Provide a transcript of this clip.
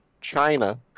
china